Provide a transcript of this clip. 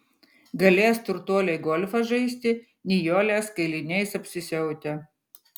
galės turtuoliai golfą žaisti nijolės kailiniais apsisiautę